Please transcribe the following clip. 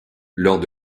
lors